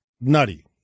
nutty